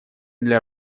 для